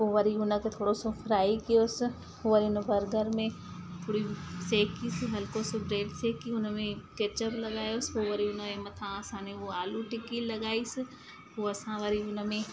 पोइ वरी उनखे थोरो सो फ़्राई कयोसि वरी उन बर्गर में थोड़ी सेकी सी हल्को सो ब्रेड सेकी हुनमें केचप लगायोसि पोइ वरी उनजे मथां असां न उहो आलू टिक्की लॻाईसि पोइ असां वरी हुनमें